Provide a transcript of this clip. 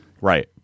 right